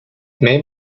may